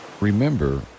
remember